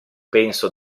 penso